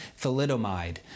thalidomide